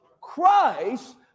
Christ